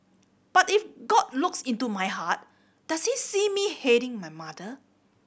but if God looks into my heart does he see me hating my mother